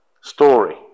story